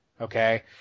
okay